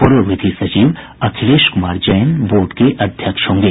पूर्व विधि सचिव अखिलेश कुमार जैन बोर्ड के अध्यक्ष होंगे